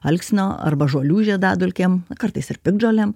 alksnio arba žolių žiedadulkėm kartais ir piktžolėm